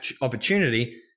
opportunity